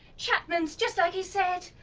chapman's! just like he said!